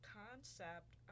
concept